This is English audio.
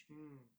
mm